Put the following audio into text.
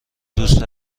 دوستم